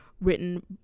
written